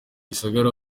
gisagara